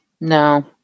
no